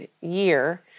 year